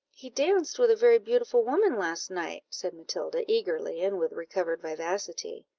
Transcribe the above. he danced with a very beautiful woman last night, said matilda, eagerly, and with recovered vivacity.